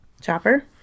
Chopper